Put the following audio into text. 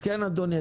כן, אדוני.